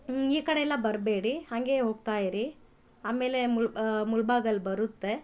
ಈ ಕಡೆ ಎಲ್ಲ ಬರಬೇಡಿ ಹಂಗೆ ಹೋಗ್ತಾ ಇರಿ ಆಮೇಲೆ ಮುಳ ಮುಳ್ಬಾಗಲು ಬರುತ್ತೆ